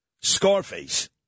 Scarface